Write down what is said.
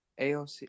AOC